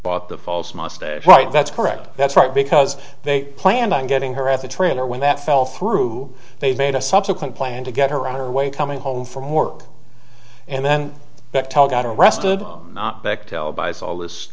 but the false mustache right that's correct that's right because they planned on getting her as a trainer when that fell through they made a subsequent plan to get around her way coming home from work and then bechtel got arrested not bechtel buys all this